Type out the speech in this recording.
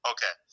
Okay